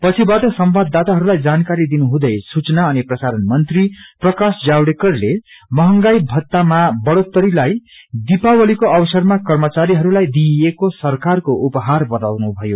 पछिबाट संवाददाताहरूलाई जानकारी दिनुहुँदै सूचना अनि प्रसारण मंत्री प्राकाश जावड़ेकरले मंहगाई भत्तामा बढ़ोत्तरीलाई दिपावलीको अवसरमा कर्मचारीहरूलाई दिइएको सरकारको उपहार बताउनुभयो